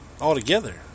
altogether